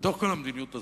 בתוך כל המדיניות הזאת,